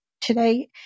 today